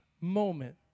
moment